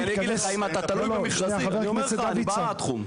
לא, לא, שנייה, חבר הכנסת דוידסון.